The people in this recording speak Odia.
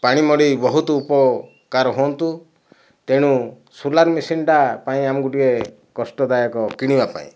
ପାଣି ମଡ଼ାଇ ବହୁତ ଉପକାର ହୁଅନ୍ତୁ ତେଣୁ ସୋଲାର୍ ମେସିନ୍ ଟା ପାଇଁ ଆମେ ଟିକେ କଷ୍ଟଦାୟକ କିଣିବା ପାଇଁ